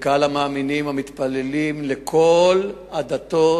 לקהל המאמינים המתפללים מכל הדתות,